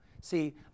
See